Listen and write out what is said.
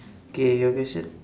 K your question